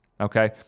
Okay